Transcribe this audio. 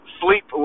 sleep